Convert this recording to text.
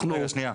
רגע, שנייה.